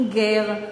אם גר,